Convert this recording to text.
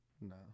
No